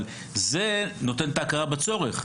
אבל זה נותן את ההכרה בצורך.